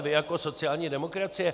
Vy jako sociální demokracie?